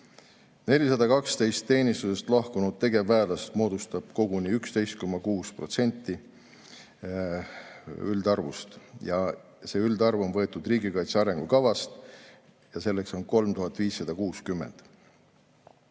412 teenistusest lahkunud tegevväelast moodustab koguni 11,6% üldarvust. See üldarv on võetud riigikaitse arengukavast, selleks on 3560.